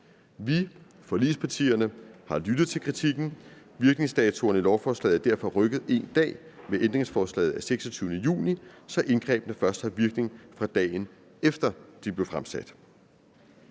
Vi, forligspartierne, har lyttet til kritikken. Virkningsdatoerne i lovforslaget er derfor rykket en dag med ændringsforslaget af 26. juni, så indgrebene først har virkning fra dagen efter, de blev fremsat.